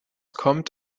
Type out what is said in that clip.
kommt